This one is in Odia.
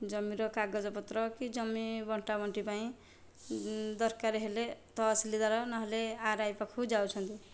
ଜମିର କାଗଜପତ୍ର କି ଜମି ବଣ୍ଟା ବଣ୍ଟି ପାଇଁ ଦରକାର ହେଲେ ତହସିଲଦାର ନହେଲେ ଆର୍ ଆଇ ପାଖକୁ ଯାଉଛନ୍ତି